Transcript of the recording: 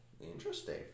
interesting